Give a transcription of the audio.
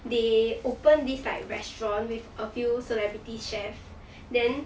they open this like restaurant with a few celebrity chef then